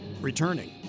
returning